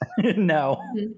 No